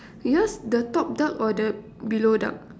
yours the top duck or the below duck